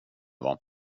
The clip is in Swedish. var